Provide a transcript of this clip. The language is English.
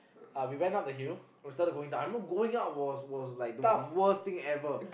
uh we went up the hill we started going down I know going up was was like the worst thing ever